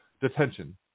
detention